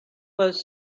was